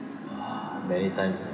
!wah! many times